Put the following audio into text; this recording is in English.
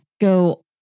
go